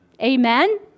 Amen